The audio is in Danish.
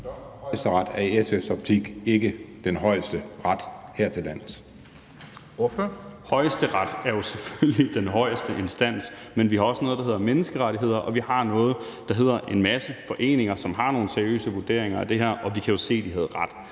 Kristensen): Ordføreren. Kl. 14:00 Carl Valentin (SF): Højesteret er selvfølgelig den højeste instans, men vi har også noget, der hedder menneskerettigheder, og vi har en masse foreninger, som kom med nogle seriøse vurderinger af det her, og vi kan jo se, at de havde ret.